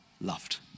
loved